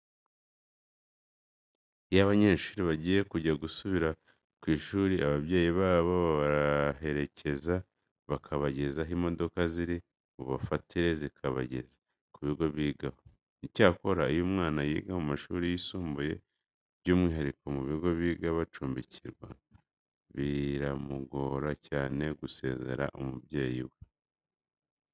Iyo abanyeshuri bagiye kujya gusubira ku ishuri ababyeyi babo barabaherekeza bakabageza aho imodoka ziri bubafatire zikabageza ku bigo bigaho. Icyakora iyo umwana yiga mu mashuri yisumbuye by'umwihariko mu bigo biga babacumbikira, biramugora cyane gusezera umubyeyi we.